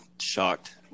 shocked